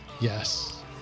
Yes